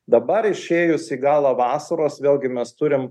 dabar išėjus į galą vasaros vėlgi mes turim